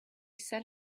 set